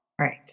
Right